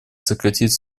сократить